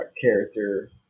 character